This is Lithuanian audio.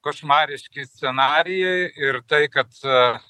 košmariški scenarijai ir tai kad